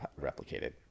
replicated